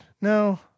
No